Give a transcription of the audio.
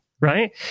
right